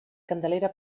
candelera